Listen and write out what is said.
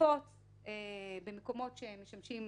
שנפוץ במקומות שמשמשים